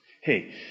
Hey